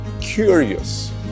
curious